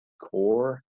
core